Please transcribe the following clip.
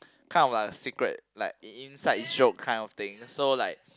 kind of like a secret like in inside joke kind of thing so like